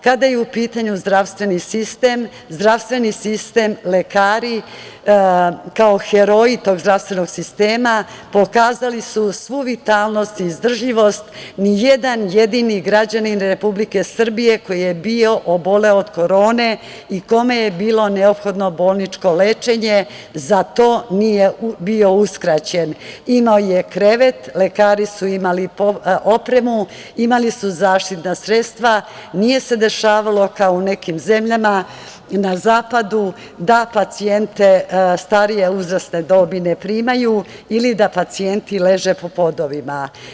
Kada je u pitanju zdravstveni sistem, lekari kao heroji tog zdravstvenog sistema pokazali su svu vitalnost i izdržljivost, ni jedan jedini građanin Republike Srbije koji je oboleo od korone i kome je bilo neophodno bolničko lečenje za to nije bio uskraćen, imao je krevet, lekari su imali opremu, imali su zaštitna sredstva, nije se dešavalo kao u nekim zemljama na zapadu da pacijente starije uzrasne dobi ne primaju ili da pacijenti leže po podovima.